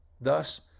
thus